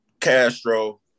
Castro